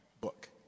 book